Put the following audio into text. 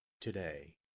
today